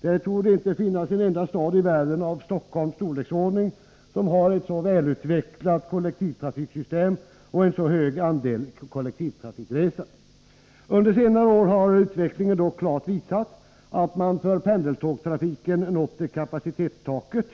Det torde inte finnas en enda stad i världen av Stockholms storleksordning som har ett så välutvecklat kollektivtrafiksystem och en så hög andel kollektivtrafikresande. Under senare år har utvecklingen dock klart visat att man för pendeltågstrafiken nått kapacitetstaket